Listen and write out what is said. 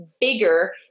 bigger